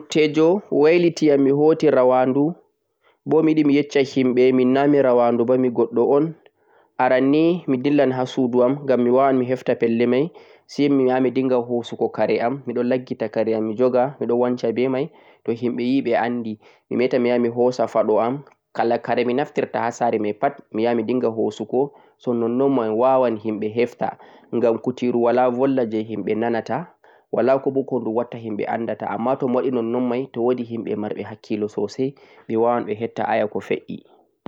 To muttejo wailiti'am mihoti rawandu bo miyiɗe mi yesh-sha himɓe minna mi rawandu ba mi goɗɗo'on. Aran nii mi dillan ha suudu am ngam mi wawai mi hefta pelle mai sai miya mi dinga hosugo kare'am miɗon laggita kare'am miɗon joga miɗon wansha be mai. To himɓe yi ɓe andai. mi meta miya mi hosa faɗo'am, kala kare minaftirta pat ha sare mai miya midinga hosugo nonnon mai wawan himɓe hefta ngam kutiru wala volwa je himɓe nanata walabo ku nɗu watta himɓe andata, amma bo tomiwaɗe nonnon mai himɓe marɓe hakkilo sosai ɓe wawan ɓe hefta aya ko fed'e.